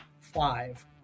five